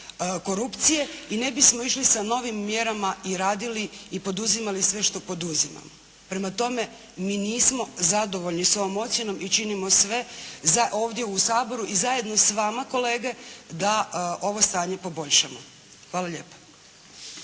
korupcije i ne bismo išli sa novim mjerama i radili i poduzimali sve što poduzimamo. Prema tome mi nismo zadovoljni s ovom ocjenom i činimo sve za ovdje za, ovdje u Saboru i zajedno s vama kolege da ovo stanje poboljšamo. Hvala lijepa.